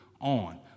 on